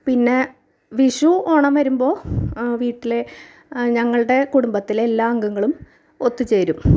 പിന്നെ വിഷു ഓണം വരുമ്പോൾ വീട്ടിൽ ഞങ്ങളുടെ കുടുംബത്തിലെ എല്ലാ അംഗങ്ങളും ഒത്ത് ചേരും